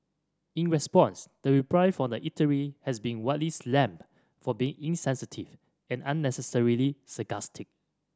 in response the reply from the eatery has been widely slammed for being insensitive and unnecessarily sarcastic